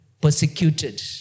persecuted